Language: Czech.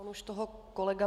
On už toho kolega